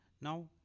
Now